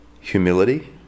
humility